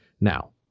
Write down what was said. Now